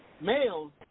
males